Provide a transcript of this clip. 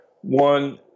one